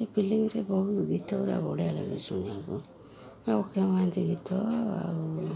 ଏ ଫିଲିମ୍ରେ ବହୁତ ଗୀତ ଗୁରା ବଢ଼ିଆ ଲାଗେ ଶୁଣିବାକୁ ଅକ୍ଷୟ ମହାନ୍ତି ଗୀତ ଆଉ